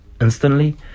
instantly